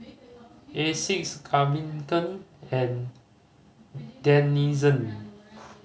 Asics Gaviscon and Denizen